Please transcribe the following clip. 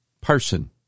person